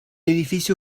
edificio